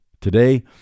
Today